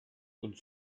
und